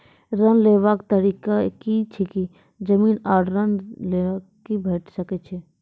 ऋण लेवाक तरीका की ऐछि? जमीन आ स्वर्ण ऋण भेट सकै ये?